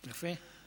יפה.